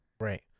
right